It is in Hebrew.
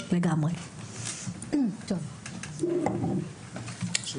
בעיקרון, מדי